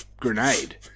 grenade